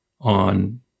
on